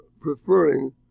preferring